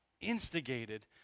instigated